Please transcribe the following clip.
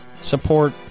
Support